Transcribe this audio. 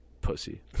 Pussy